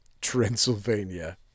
Transylvania